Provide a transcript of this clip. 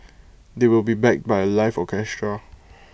they will be backed by A live orchestra